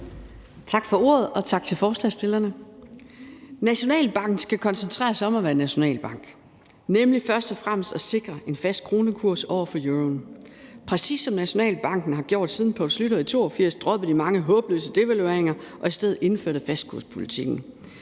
Tak for ordet. Og tak til forslagsstillerne. Nationalbanken skal koncentrere sig om at være nationalbank, nemlig først og fremmest at sikre en fast kronekurs over for euroen, præcis som Nationalbanken har gjort, siden Poul Schlüter i 1982 droppede de mange håbløse devalueringer og i stedet indførte fastkurspolitikken.